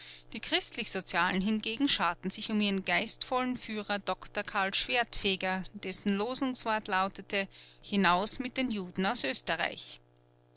die christlichsozialen hingegen scharten sich um ihren geistvollen führer dr karl schwertfeger dessen losungswort lautete hinaus mit den juden aus oesterreich